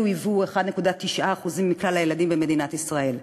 אלו היוו 1.9% מכלל הילדים במדינת ישראל.